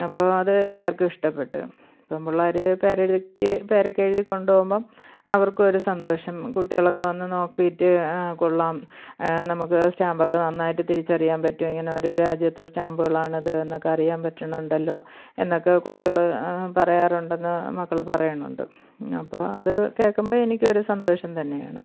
അപ്പോൾ അത് എല്ലാവര്ക്കും ഇഷ്ടപ്പെട്ടു അപ്പം പുള്ളാര് പേരെടിക്ക് പേരൊക്കെ എഴുതി കൊണ്ടു പോകുമ്പം അവര്ക്കുമൊരു സന്തോഷം കുട്ടികളൊക്കെ വന്നു നോക്കിയിട്ട് ആ കൊള്ളാം നമുക്ക് സ്റ്റാമ്പൊക്കെ നന്നായിട്ട് തിരിച്ചറിയാൻ പറ്റും ഇങ്ങനെ ഓരോ രാജ്യത്തെ സ്റ്റാമ്പുകളാണ് ഇത് എന്നൊക്കെ അറിയാന് പറ്റുന്നുണ്ടല്ലോ എന്നൊക്കെ കുട്ടികൾ പറയാറുണ്ട് എന്ന് മക്കൾ പറയുന്നുണ്ട് അപ്പം അത് കേൾക്കുമ്പം എനിക്ക് ഒരു സന്തോഷം തന്നെയാണ്